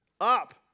Up